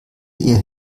ihr